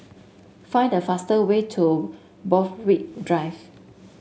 find the fast way to Borthwick Drive